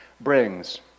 brings